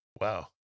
Wow